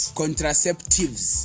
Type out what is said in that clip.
contraceptives